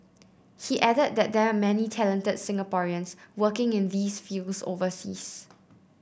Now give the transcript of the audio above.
he added that there are many talented Singaporeans working in these fields overseas